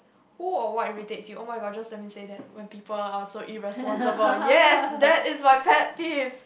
who or what irritates you oh-my-god just let me say that when people are so irresponsible yes that is my pet peeves